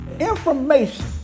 Information